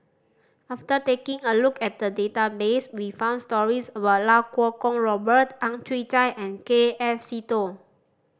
after taking a look at the database we found stories about Iau Kuo Kwong Robert Ang Chwee Chai and K F Seetoh